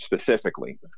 specifically